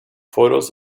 photos